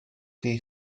chi